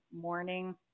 morning